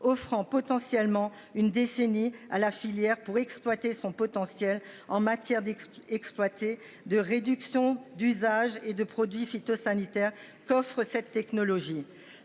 offrant potentiellement une décennie à la filière pour exploiter son potentiel en matière d'exploiter de réduction d'usage et de produits phytosanitaires coffre cette technologie.